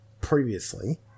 previously